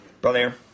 Brother